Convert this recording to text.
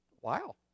Wow